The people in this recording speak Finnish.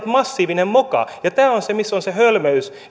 massiivinen moka ja tämä on se missä on se hölmöys